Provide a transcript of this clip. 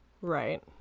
Right